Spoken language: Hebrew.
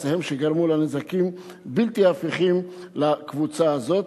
הם שגרמו לנזקים בלתי הפיכים לקבוצה הזאת.